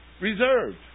Reserved